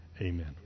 Amen